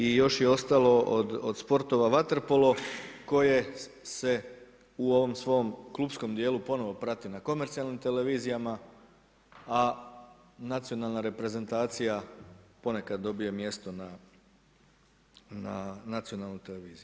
I još je ostalo od sportova vaterpolo koje se u ovom svom klupskom dijelu ponovno prati na komercijalnim televizijama, a nacionalna reprezentacija ponekad dobije mjesto na nacionalnoj televiziji.